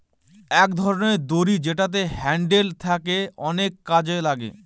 এক ধরনের দড়ি যেটাতে হ্যান্ডেল থাকে অনেক কাজে লাগে